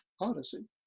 odyssey